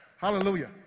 Hallelujah